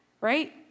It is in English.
right